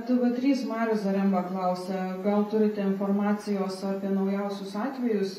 tv trys marius zaremba klausia gal turite informacijos apie naujausius atvejus